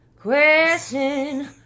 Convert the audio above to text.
question